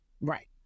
right